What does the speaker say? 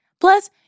Plus